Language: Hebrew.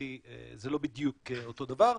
זה לא בדיוק אותו דבר,